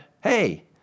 hey